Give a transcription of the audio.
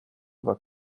war